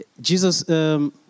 Jesus